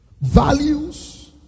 values